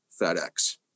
FedEx